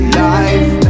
life